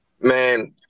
Man